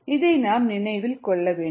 இதை நாம் நினைவில் கொள்ள வேண்டும்